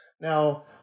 Now